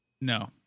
No